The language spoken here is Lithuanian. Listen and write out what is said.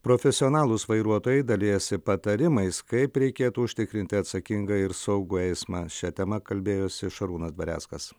profesionalūs vairuotojai dalijasi patarimais kaip reikėtų užtikrinti atsakingą ir saugų eismą šia tema kalbėjosi šarūnas dvareckas